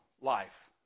life